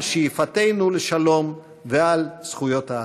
על שאיפתנו לשלום ועל זכויות האדם.